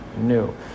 new